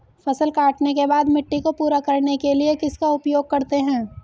फसल काटने के बाद मिट्टी को पूरा करने के लिए किसका उपयोग करते हैं?